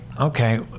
okay